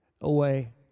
away